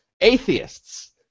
atheists